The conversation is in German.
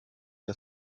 der